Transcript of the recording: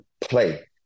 play